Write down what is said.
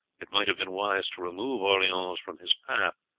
it might have been wise to remove orleans from his path,